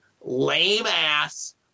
lame-ass